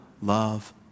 love